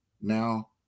now